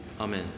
amen